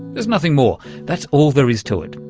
there's nothing more, that's all there is to it.